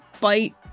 bite